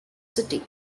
city